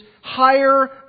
higher